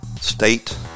state